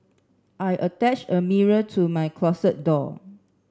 I attached a mirror to my closet door